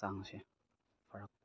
ꯍꯛꯆꯥꯡꯁꯦ ꯐꯔꯛꯄ